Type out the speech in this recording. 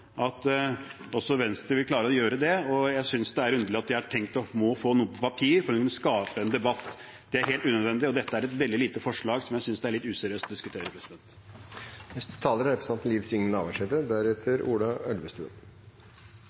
at også Venstre vil klare å gjøre det, og jeg synes det er underlig at de har tenkt at de må få noe på papir for å kunne skape en debatt. Det er helt unødvendig, og dette er et veldig lite forslag som jeg synes det er litt useriøst å diskutere. Ein langtidsplan er